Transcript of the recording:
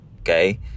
Okay